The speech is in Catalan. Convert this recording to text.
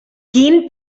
quin